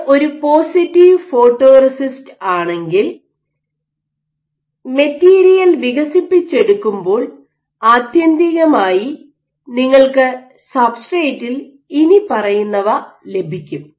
ഇത് ഒരു positive photoresist ആണെങ്കിൽ മെറ്റീരിയൽ വികസിപ്പിച്ചെടുക്കുമ്പോൾ ആത്യന്തികമായി നിങ്ങൾക്ക് സബ്സ്ട്രേറ്റിൽ ഇനിപ്പറയുന്നവ ലഭിക്കും